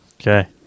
Okay